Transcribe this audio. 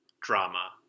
drama